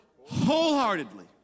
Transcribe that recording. wholeheartedly